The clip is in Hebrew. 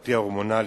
התרופתי ההורמונלי,